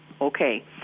Okay